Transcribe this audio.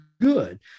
good